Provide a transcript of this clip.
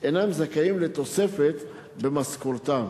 אינם זכאים לתוספת במשכורתם,